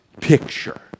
picture